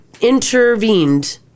intervened